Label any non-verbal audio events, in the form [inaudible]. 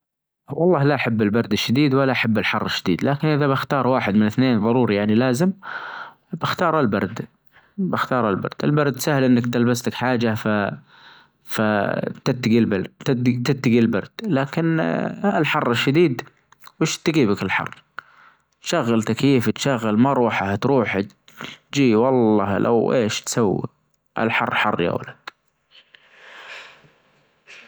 والله لا احب البرد الشديد ولا احب الحر الشديد لكن اذا بختار واحد من اثنين ظروري يعني لازم اختار البرد بختار البرد البرد سهل انك تلبس لك حاجة فتتقي البرد تتقي البرد لكن [hesitation] الحر الشديد وش تجيبك الحر? شغل تكييف المروحة تروح تجي والله لو ايش تسوي الحر حر يا ولد.